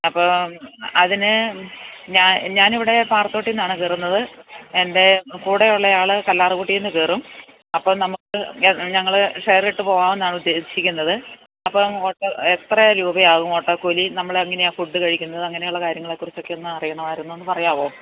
അപ്പോള് അതിനു ഞാൻ ഞാനിവിടെ പാറത്തോട്ടുനിന്നാണു കയറുന്നത് എൻ്റെ കൂടെയുള്ളയാള് കല്ലാര്കുട്ടിയില്നിന്നു കയറും അപ്പോള് നമുക്ക് അപ്പോള് ഞങ്ങള് ഷെയറിട്ട് പോകാമെന്നാണ് ഉദ്ദേശിക്കുന്നത് അപ്പോള് എത്ര രൂപയാവും ഓട്ടോ കൂലി നമ്മളെങ്ങനെയാണു ഫുഡ് കഴിക്കുന്നത് അങ്ങനെയുള്ള കാര്യങ്ങളെ കുറിച്ചൊക്കൊയൊന്ന് അറിയണമായിരുന്നു ഒന്ന് പറയാവോ